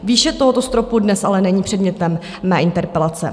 Výše tohoto stropu dnes ale není předmětem mé interpelace.